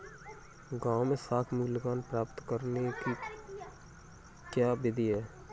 गाँवों में साख मूल्यांकन प्राप्त करने की क्या विधि है?